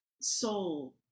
soul